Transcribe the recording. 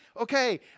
okay